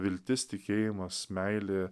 viltis tikėjimas meilė